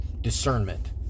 discernment